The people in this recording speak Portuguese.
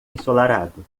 ensolarado